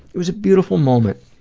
it was a beautiful moment.